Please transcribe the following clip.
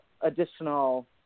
additional